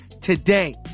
today